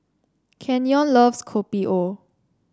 Kenyon loves Kopi O